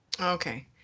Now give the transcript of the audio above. Okay